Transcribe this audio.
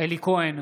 אלי כהן,